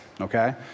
okay